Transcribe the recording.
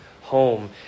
home